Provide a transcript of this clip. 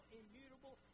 immutable